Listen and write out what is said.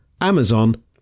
Amazon